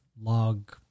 log